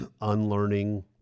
unlearning